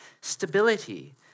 stability